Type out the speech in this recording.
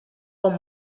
bon